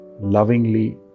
lovingly